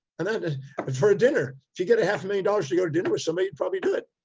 and then but for a dinner, if you get a half, a million dollars to go to dinner with somebody, you'd probably do it.